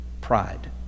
pride